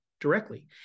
directly